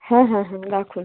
হ্যাঁ হ্যাঁ হ্যাঁ রাখুন